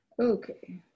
Okay